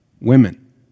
Women